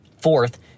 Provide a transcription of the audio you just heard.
Fourth